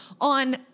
on